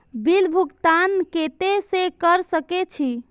Bill भुगतान केते से कर सके छी?